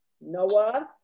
Noah